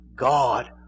God